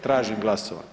Tražim glasovanje.